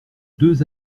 deux